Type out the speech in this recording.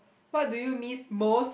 what do you miss most